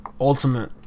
ultimate